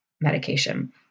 medication